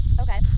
Okay